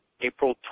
april